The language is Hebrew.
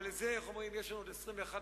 אבל לזה, איך אומרים, יש לנו עוד 21 דקות.